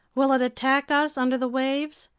will it attack us under the waves?